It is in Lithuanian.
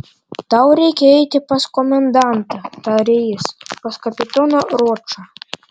tau reikia eiti pas komendantą tarė jis pas kapitoną ročą